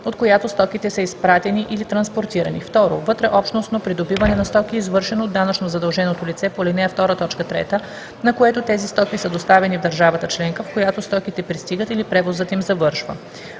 от която стоките са изпратени или транспортирани; 2. вътреобщностно придобиване на стоки, извършено от данъчно задълженото лице по ал. 2, т. 3, на което тези стоки са доставени в държавата членка, в която стоките пристигат или превозът им завършва.